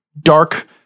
dark